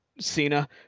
Cena